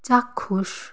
চাক্ষুষ